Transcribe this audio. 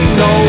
no